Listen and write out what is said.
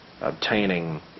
obtaining